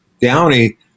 Downey